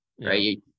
Right